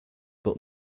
but